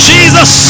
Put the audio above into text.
Jesus